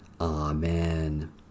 Amen